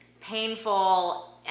painful